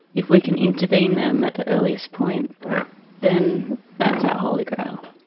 if we can intervene them at the earliest point then that's our holy grail,